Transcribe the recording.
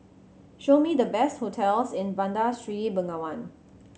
show me the best hotels in Bandar Seri Begawan